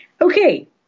Okay